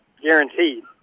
guaranteed